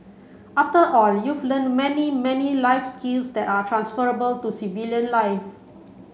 after all you've learnt many many life skills that are transferable to civilian life